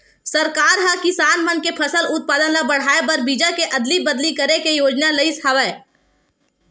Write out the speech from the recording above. सरकार ह किसान मन के फसल उत्पादन ल बड़हाए बर बीजा के अदली बदली करे के योजना लइस हवय